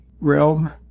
realm